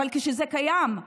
אבל כשזה קיים,